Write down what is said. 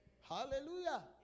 Hallelujah